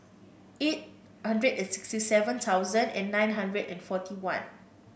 eight hundred and sixty seven thousand and nine hundred and forty one